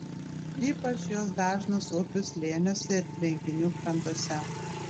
ypač jos dažnos upių slėniuose ir tvenkinių krantuose